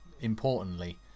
importantly